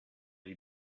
sie